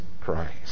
Christ